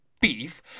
beef